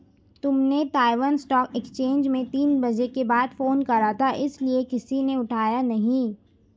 तुमने Taiwan stock exchange में तीन बजे के बाद फोन करा था इसीलिए किसी ने उठाया नहीं